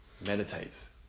Meditates